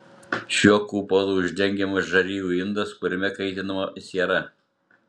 šiuo kupolu uždengiamas žarijų indas kuriame kaitinama siera